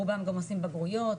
רובם גם עושים בגרויות טכנולוגי,